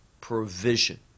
provision